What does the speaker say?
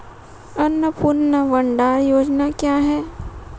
अन्नपूर्णा भंडार योजना क्या है?